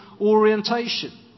orientation